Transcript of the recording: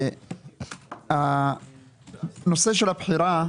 נושא הבחירה,